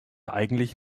eigentlich